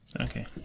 Okay